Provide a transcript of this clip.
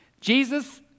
Jesus